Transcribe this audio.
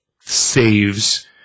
saves